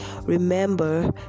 remember